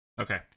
Okay